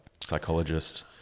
psychologist